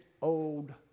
old